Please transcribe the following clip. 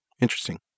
interesting